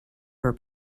for